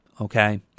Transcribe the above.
okay